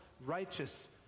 Righteous